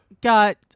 Got